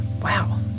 Wow